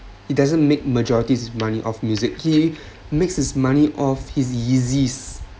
he doesn't make majorities money of music he makes his money of his yeezy's